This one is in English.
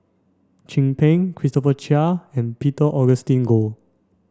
Chin Peng Christopher Chia and Peter Augustine Goh